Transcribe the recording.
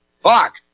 Fuck